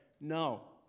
No